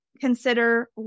consider